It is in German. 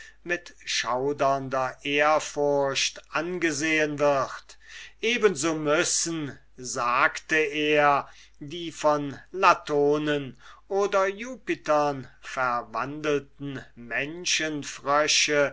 mit schaudernder ehrfurcht angesehen wird eben so müssen sagte er die von latonen oder jupitern verwandelten